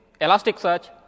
Elasticsearch